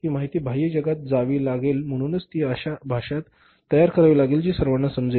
हि माहिती बाह्य जगात जावी लागेल म्हणूनच ती अशा भाषेत तयार करावी लागेल जी सर्वांना समजेल